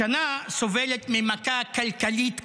השנה סובלת ממכה כלכלית קשה,